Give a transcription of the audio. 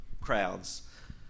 crowds